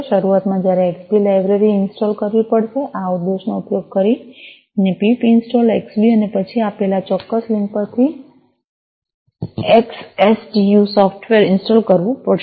શરૂઆતમાં તમારે XBee library install કરવી પડશે આ આદેશનો ઉપયોગ કરીને પીપ ઇન્સ્ટોલ એક્સબી અને પછી આપેલ આ ચોક્કસ લિંક પરથી એક્સસિટિયું સોફ્ટવેર ઇન્સ્ટોલ કરવું પડશે